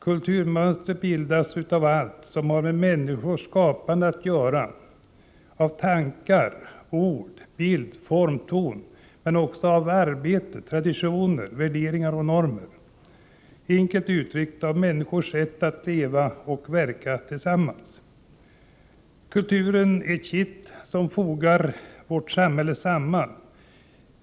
Kulturmönster bildas av allt det som har med människors skapande att göra, av tankar, ord, bild, form och ton, men också av arbete, traditioner, värderingar och normer — enkelt uttryckt av människors sätt att leva och verka tillsammans. Kulturen är det kitt som fogar vårt samhälle samman.